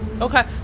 Okay